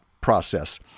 process